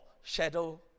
shadow